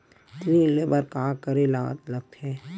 ऋण ले बर का करे ला लगथे?